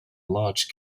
large